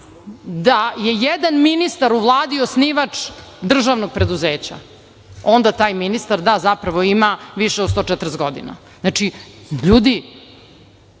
da je jedan ministar u Vladi osnivač državnog preduzeća. Onda taj ministar zapravo ima više od 140 godina. Ljudi,